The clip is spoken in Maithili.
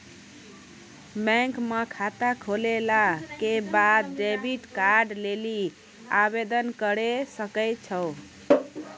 बैंक म खाता खोलला के बाद डेबिट कार्ड लेली आवेदन करै सकै छौ